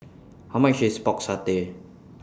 How much IS Pork Satay